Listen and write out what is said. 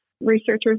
Researchers